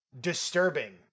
disturbing